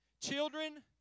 Children